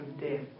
death